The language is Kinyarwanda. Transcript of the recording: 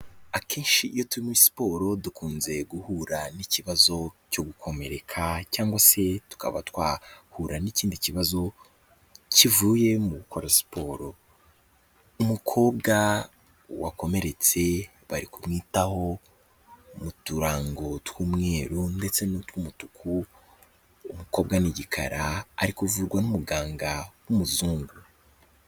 Akenshi iyo turi muri siporo dukunze guhura n'ikibazo cyo gukomereka cyangwa se tukaba twahura n'ikindi kibazo kivuye mu gukora siporo. Umukobwa wakomeretse bari kumwitaho mu turango tw'umweru ndetse n'utw'umutuku, umukobwa ni igikara ari kuvurwa n'umuganga w'umuzungu..